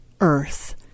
earth